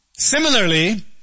Similarly